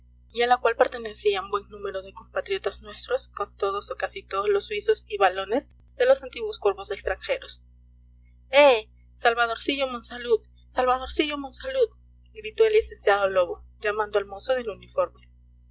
y a la cual pertenecían buen número de compatriotas nuestros con todos o casi todos los suizos y valones de los antiguos cuerpos extranjeros eh salvadorcillo monsalud salvadorcillo monsalud gritó el licenciado lobo llamando al mozo del uniforme